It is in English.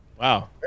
Wow